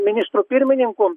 ministru pirmininku